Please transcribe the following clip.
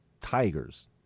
tigers